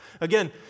Again